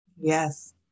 Yes